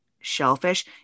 shellfish